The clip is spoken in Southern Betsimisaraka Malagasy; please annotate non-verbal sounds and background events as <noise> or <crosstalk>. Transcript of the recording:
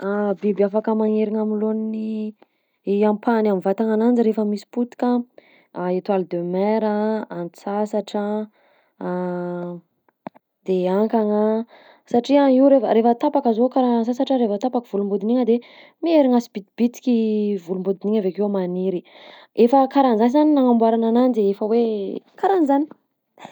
<hesitation> Biby afaka magnerigna amy laoniny i ampahany amy vatagna ananjy rehefa misy potika: <hesitation> étoile de mer, antsasatra, <hesitation> de hankagna satria io reva rehefa tapaka zao karaha antsasatra re vao tapaka volom-bodiny igny a mierigna sibitibitiky i volom-bodiny igny avy akeo maniry, efa karahan'zany zany nagnamboaragna ananjy, efa hoe karahan'zany.